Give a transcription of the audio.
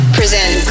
present